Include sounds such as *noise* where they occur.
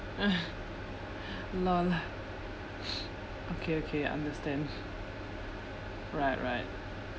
*breath* LOL okay okay understand right right